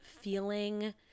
feeling